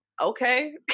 okay